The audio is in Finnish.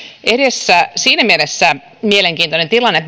edessä siinä mielessä mielenkiintoinen tilanne